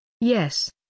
Yes